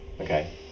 Okay